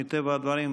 מטבע הדברים,